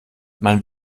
man